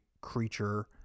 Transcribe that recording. creature